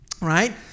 right